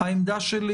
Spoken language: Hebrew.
העמדה שלי